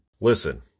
Listen